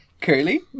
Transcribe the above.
Curly